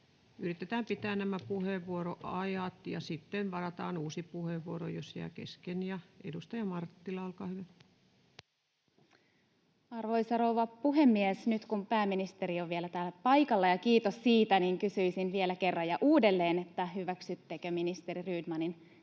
Yritetään pitää nämä puheenvuoroajat ja sitten varataan uusi puheenvuoro, jos jää kesken. — Ja edustaja Marttila, olkaa hyvä. Arvoisa rouva puhemies! Nyt kun pääministeri on vielä täällä paikalla — ja kiitos siitä — niin kysyisin vielä kerran ja uudelleen: Hyväksyttekö ministeri Rydmanin toiminnan,